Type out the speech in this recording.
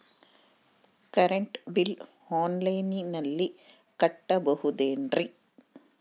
Current bill ಆನ್ಲೈನಿನಲ್ಲಿ ಕಟ್ಟಬಹುದು ಏನ್ರಿ?